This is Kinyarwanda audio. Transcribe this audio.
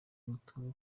umutungo